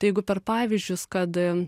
tai jeigu per pavyzdžius kad